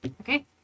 Okay